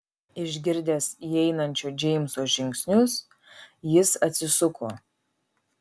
išgirdęs įeinančio džeimso žingsnius jis atsisuko